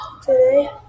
Today